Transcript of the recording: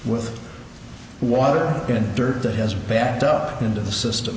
with water and dirt that has backed up into the system